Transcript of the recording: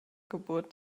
geburt